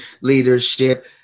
leadership